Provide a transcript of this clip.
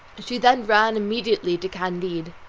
she then ran immediately to candide.